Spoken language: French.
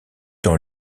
dans